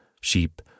sheep